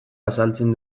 azaltzen